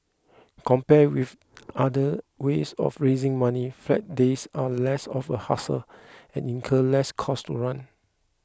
compared with other ways of raising money flag days are less of a hassle and incur less cost to run